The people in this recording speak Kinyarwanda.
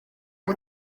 ngo